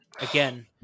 Again